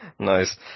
Nice